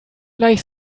gleich